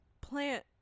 plant